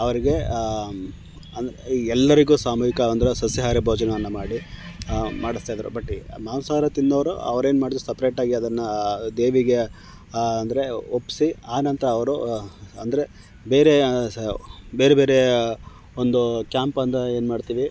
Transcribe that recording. ಅವರಿಗೆ ಅನ್ ಎಲ್ಲರಿಗೂ ಸಾಮೂಹಿಕ ಅಂದರೆ ಸಸ್ಯಹಾರ ಭೋಜನವನ್ನು ಮಾಡಿ ಮಾಡಿಸ್ತಾ ಇದ್ದರು ಬಟ್ ಮಾಂಸಹಾರ ತಿನ್ನೋರು ಅವರು ಏನು ಮಾಡಿದರು ಸಪ್ರೇಟ್ ಆಗಿ ಅದನ್ನು ದೇವಿಗೆ ಅಂದರೆ ಒಪ್ಪಿಸಿ ಆನಂತರ ಅವರು ಅಂದರೆ ಬೇರೆ ಸಹ ಬೇರೆ ಬೇರೆ ಒಂದು ಕ್ಯಾಂಪ್ ಒಂದು ಏನು ಮಾಡ್ತೀವಿ